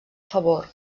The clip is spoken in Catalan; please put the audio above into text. favor